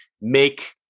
make